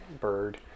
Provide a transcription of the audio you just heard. bird